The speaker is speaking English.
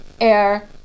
air